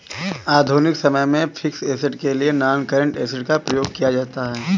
आधुनिक समय में फिक्स्ड ऐसेट के लिए नॉनकरेंट एसिड का प्रयोग किया जाता है